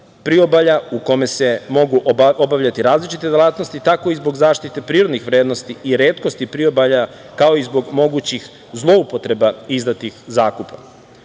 priobalja u kome se mogu obavljati različiti delatnosti, tako i zbog zaštite prirodnih vrednosti i retkosti priobalja, kao i zbog mogućih zloupotreba izdatih zakupa. Ovo